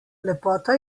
lepota